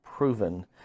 Proven